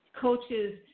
coaches